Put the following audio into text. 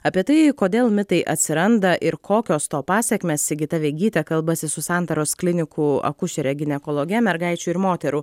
apie tai kodėl mitai atsiranda ir kokios to pasekmės sigita vegytė kalbasi su santaros klinikų akušere ginekologe mergaičių ir moterų